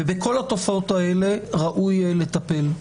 ובכל התופעות האלה ראוי לטפל.